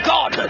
God